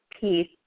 peace